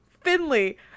Finley